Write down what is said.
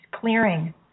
clearing